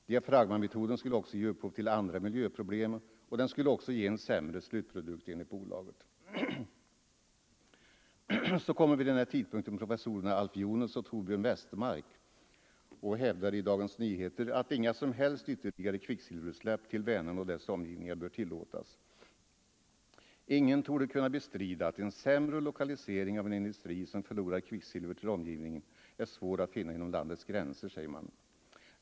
Diafragmametoden skulle också ge upphov till andra miljöproblem, och den skulle, enligt bolaget, ge en sämre slutprodukt. Vid denna tidpunkt hävdar professorerna Alf Johnels och Torbjörn Westermark i Dagens Nyheter att inga som helst ytterligare kvicksilverutsläpp till Vänern och dess omgivningar bör tillåtas. Ingen torde kunna bestrida att en sämre lokalisering av en industri som förlorar kvicksilver till omgivningen är svår att finna inom landets gränser, säger de.